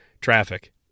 traffic